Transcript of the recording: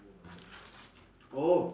oh